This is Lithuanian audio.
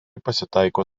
pasitaiko